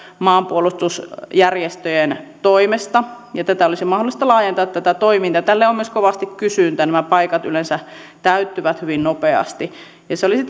maanpuolustusjärjestöjen toimesta ja tätä toimintaa olisi mahdollista laajentaa ja tälle on myös kovasti kysyntää nämä paikat yleensä täyttyvät hyvin nopeasti olisi